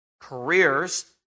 careers